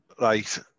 right